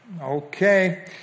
okay